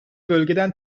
bölgeden